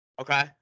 Okay